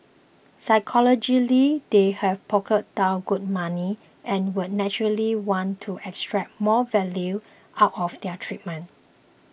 psychologically they've plonked down good money and would naturally want to extract more value out of their treatment